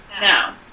No